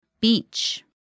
beach